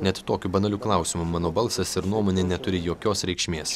net tokiu banaliu klausimu mano balsas ir nuomonė neturi jokios reikšmės